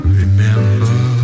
remember